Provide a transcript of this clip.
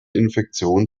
infektion